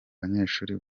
banyeshuri